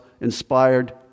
inspired